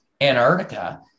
Antarctica